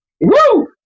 Woo